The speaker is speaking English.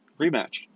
Rematch